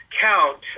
count